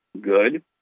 good